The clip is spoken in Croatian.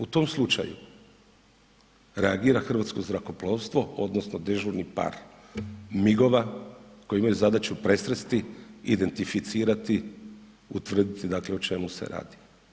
U tom slučaju reagira Hrvatsko zrakoplovstvo odnosno dežurni par MIG-ova koji imaju zadaću presresti, identificirati, utvrditi o čemu se radi.